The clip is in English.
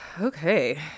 Okay